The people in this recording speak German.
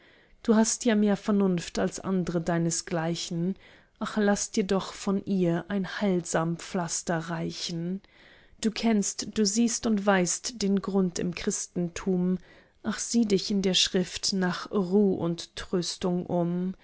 du hast ja mehr vernunft als andre deinesgleichen ach laß dir doch von ihr ein heilsam pflaster reichen du kennst du siehst und weißt den grund im christentum ach sieh dich in der schrift nach ruh und tröstung um